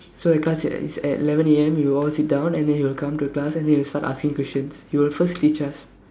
so the class is at is at eleven A_M we will all sit down and then he will come to class and then he will start asking questions he will first teach us